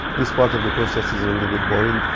this part of the process is a little bit boring,